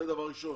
זה דבר ראשון